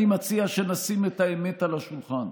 אני מציע שנשים את האמת על השולחן.